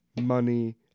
money